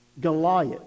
Goliath